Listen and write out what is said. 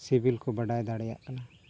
ᱥᱤᱵᱤᱞ ᱠᱚ ᱵᱟᱰᱟᱭ ᱫᱟᱲᱮᱭᱟᱜ ᱠᱟᱱᱟ